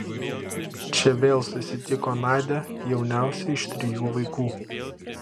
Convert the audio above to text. čia vėl susitiko nadią jauniausią iš trijų vaikų